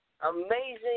amazing